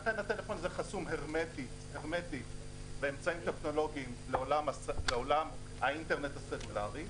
לכן הטלפון הזה חסום הרמטית באמצעים טכנולוגיים לעולם האינטרנט הסלולרי,